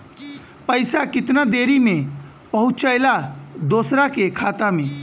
पैसा कितना देरी मे पहुंचयला दोसरा के खाता मे?